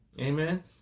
Amen